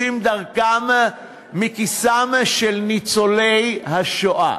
שקלים שעושים דרכם מכיסם של ניצולי השואה,